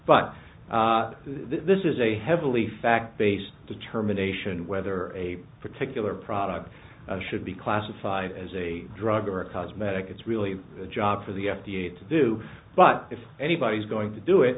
but this is a heavily fact based determination whether a particular product should be classified as a drug or a cosmetic it's really a job for the f d a to do but if anybody is going to do it